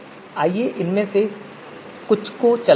आइए इनमें से कुछ कोड चलाते हैं